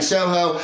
Soho